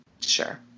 Sure